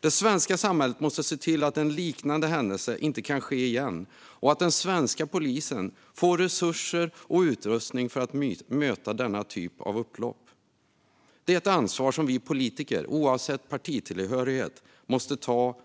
Det svenska samhället måste se till att en liknande händelse inte kan ske igen och att den svenska polisen får resurser och utrustning för att möta denna typ av upplopp. Det är ett ansvar som vi politiker, oavsett partitillhörighet, måste ta.